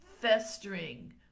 festering